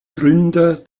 gründer